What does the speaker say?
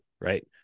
right